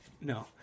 No